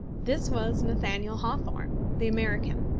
this was nathaniel hawthorne, the american,